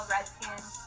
Redskins